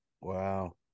Wow